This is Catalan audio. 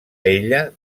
ella